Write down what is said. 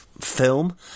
film